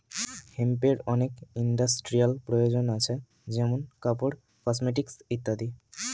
হেম্পের অনেক ইন্ডাস্ট্রিয়াল প্রয়োজন আছে যেমন কাপড়, কসমেটিকস ইত্যাদি